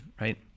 right